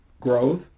growth